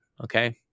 Okay